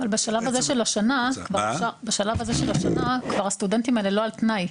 בשלב הזה של השנה, כבר הסטודנטים האלה לא על תנאי.